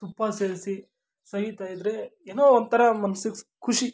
ತುಪ್ಪ ಸೇರಿಸಿ ಸವಿತಾ ಇದ್ದರೆ ಏನೋ ಒಂಥರ ಮನ್ಸಿಗೆ ಖುಷಿ